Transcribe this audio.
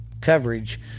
coverage